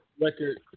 record